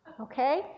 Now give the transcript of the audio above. Okay